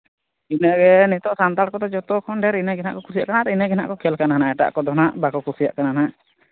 ᱤᱱᱟᱹᱜ ᱜᱮ ᱱᱤᱛᱚᱜ ᱥᱟᱱᱛᱟᱲ ᱠᱚᱫᱚ ᱡᱚᱛᱚ ᱠᱷᱚᱱ ᱰᱷᱮᱨ ᱤᱱᱟᱹ ᱜᱮ ᱱᱟᱦᱟᱜ ᱠᱚ ᱠᱩᱥᱤᱭᱟᱜ ᱠᱟᱱᱟ ᱟᱨ ᱤᱱᱟᱹ ᱜᱮ ᱱᱟᱦᱟᱜ ᱠᱚ ᱠᱷᱮᱞ ᱠᱟᱱᱟ ᱱᱟᱦᱟᱜ ᱮᱴᱟᱜ ᱠᱚᱫᱚ ᱱᱟᱦᱟᱜ ᱵᱟᱠᱚ ᱠᱩᱥᱤᱭᱟᱜ ᱠᱟᱱᱟ ᱱᱟᱸᱜ